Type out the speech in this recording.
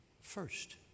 first